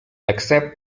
except